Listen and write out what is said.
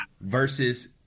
versus